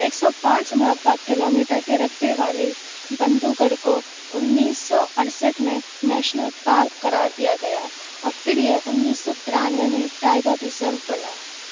ایک سو پانچ مربع کلو میٹر کے رقبے والے بندھو گڑھ کو انیس سو اڑسٹھ میں نیشنل پارک قرار دیا گیا اور پھر یہ انیس سو ترانوے میں ٹائیگر ریزرو بنا